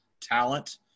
talent